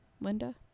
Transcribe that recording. linda